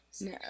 No